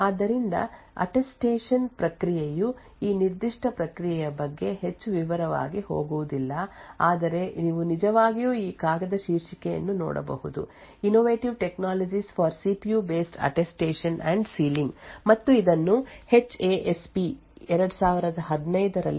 ಆದ್ದರಿಂದ ಅಟ್ಟೆಸ್ಟೇಷನ್ ಪ್ರಕ್ರಿಯೆಯು ಈ ನಿರ್ದಿಷ್ಟ ಪ್ರಕ್ರಿಯೆಯ ಬಗ್ಗೆ ಹೆಚ್ಚು ವಿವರವಾಗಿ ಹೋಗುವುದಿಲ್ಲ ಆದರೆ ನೀವು ನಿಜವಾಗಿಯೂ ಈ ಕಾಗದದ ಶೀರ್ಷಿಕೆಯನ್ನು ನೋಡಬಹುದು "innovative technologies for CPU based attestation and sealing" "Innovative Technologies for CPU based Attestation and Sealing" ಮತ್ತು ಇದನ್ನು ಹೆಚ್ ಎ ಎಸ್ ಪಿ 2015 ರಲ್ಲಿ